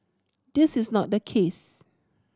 this is not the case